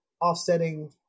offsetting